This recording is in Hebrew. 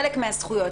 חלק מהזכויות,